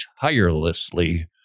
tirelessly